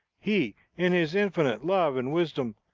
he, in his infinite love and wisdom,